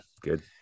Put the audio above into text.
good